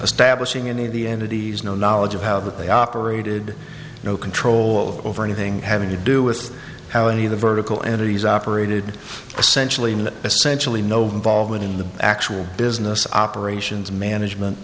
establishing any of the entities no knowledge of how they operated no control over anything having to do with how any of the vertical entities operated essentially essentially no valving in the actual business operations management